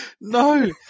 No